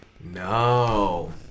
No